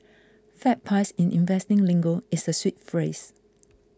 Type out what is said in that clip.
fat pies in investing lingo is a sweet phrase